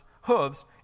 hooves